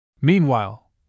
Meanwhile